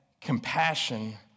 compassion